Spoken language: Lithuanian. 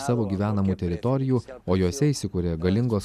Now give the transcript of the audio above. savo gyvenamų teritorijų o juose įsikuria galingos